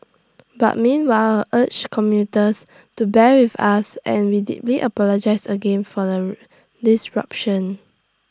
but meanwhile urge commuters to bear with us and we deeply apologise again for the disruption